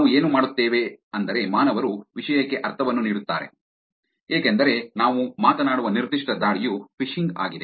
ನಾವು ಏನು ಮಾಡುತ್ತೇವೆ ಅಂದರೆ ಮಾನವರು ವಿಷಯಕ್ಕೆ ಅರ್ಥವನ್ನು ನೀಡುತ್ತಾರೆ ಏಕೆಂದರೆ ನಾವು ಮಾತನಾಡುವ ನಿರ್ದಿಷ್ಟ ದಾಳಿಯು ಫಿಶಿಂಗ್ ಆಗಿದೆ